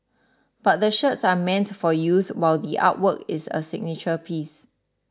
but the shirts are meant for youth while the artwork is a signature piece